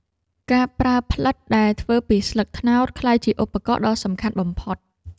ការប្រើផ្លិតដែលធ្វើពីស្លឹកត្នោត ក្លាយជាឧបករណ៍ដ៏សំខាន់បំផុត។